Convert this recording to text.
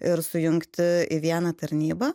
ir sujungti į vieną tarnybą